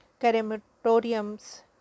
crematoriums